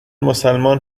مسلمان